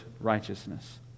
righteousness